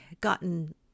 gotten